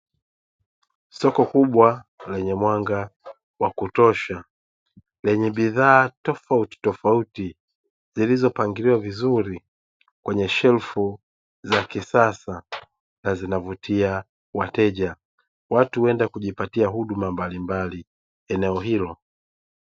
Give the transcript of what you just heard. Soko kubwa lenye mwanga wa kutosha lenye bidhaa tofautitofauti zilizopangiliwa vizuri kwenye shelfu za kisasa na zinavutia wateja, watu huenda kujipatia huduma mbalimbali eneo hilo.